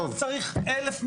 עכשיו צריך 1,100?